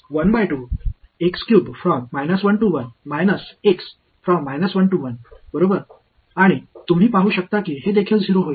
तर बरोबर आणि तुम्ही पाहु शकता की हे देखील 0 होईल